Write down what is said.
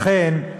לכן,